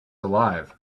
alive